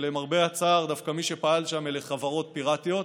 ולמרבה הצער דווקא מי שפעל שם אלה חברות פיראטיות.